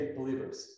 believers